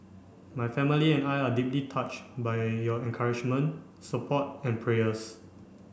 my family and I are deeply touched by your encouragement support and prayers